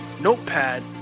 notepad